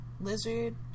lizard